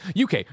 UK